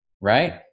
right